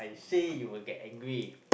say you will get angry